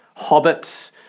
hobbits